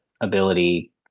ability